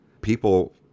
people